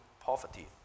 poverty